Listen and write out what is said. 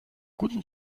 guten